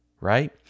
right